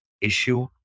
issue